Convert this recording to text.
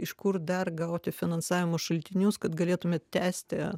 iš kur dar gauti finansavimo šaltinius kad galėtumėt tęsti